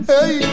Hey